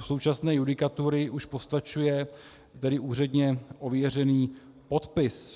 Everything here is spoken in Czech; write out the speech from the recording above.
současné judikatury už postačuje úředně ověřený podpis.